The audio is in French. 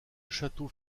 château